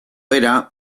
era